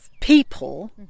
people